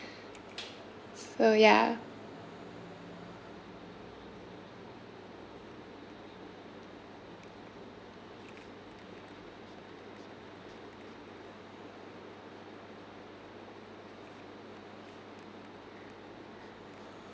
so ya